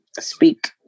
speak